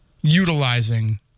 utilizing